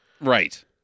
Right